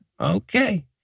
Okay